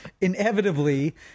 inevitably